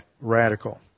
radical